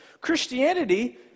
Christianity